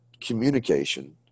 communication